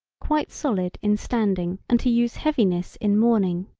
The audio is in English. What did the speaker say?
quite solid in standing and to use heaviness in morning.